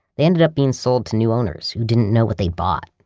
they ended up being sold to new owners who didn't know what they'd bought,